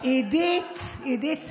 עידית, עידית סילמן,